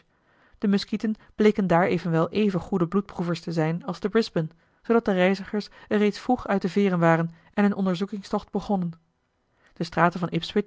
de muskieten bleken daar evenwel even goede bloedproevers te zijn als te brisbane zoodat de reizigers er reeds vroeg uit de veeren waren en hun onderzoekingstocht begonnen de straten van